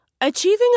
Achieving